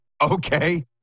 Okay